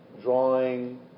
drawing